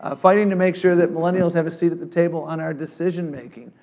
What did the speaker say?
ah fighting to make sure that millennials have a seat at the table on our decision making,